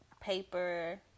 paper